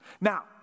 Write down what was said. Now